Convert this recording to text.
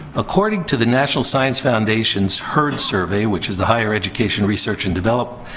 according to the national science foundation's herd survey, which is the higher education research and develop,